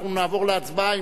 אנחנו נעבור להצבעה,